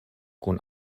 kun